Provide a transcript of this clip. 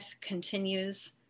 continues